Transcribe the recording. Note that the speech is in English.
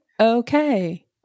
Okay